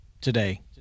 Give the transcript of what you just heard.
today